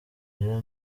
rero